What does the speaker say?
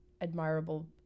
admirable